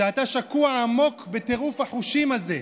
שאתה שקוע עמוק בטירוף החושים הזה,